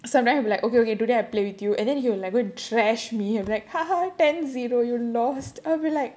sometimes I be like okay okay today I play with you and then he'll like go and thrash me like ha ha ten zero you lost I'll be like